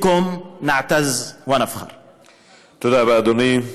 אנו גאים בכם.) תודה רבה, אדוני.